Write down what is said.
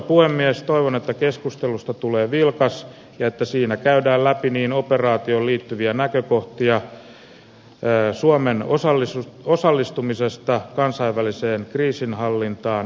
toivon että keskustelusta tulee vilkas ja että siinä käydään läpi operaatioon liittyviä näkökohtia suomen osallistumisesta kansainväliseen kriisinhallintaan yleisemminkin